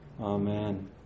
Amen